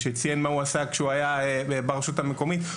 שציין מה הוא עשה כשהוא היה ברשות המקומית,